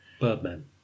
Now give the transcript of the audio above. Birdman